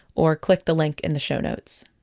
or click the link in the show notes.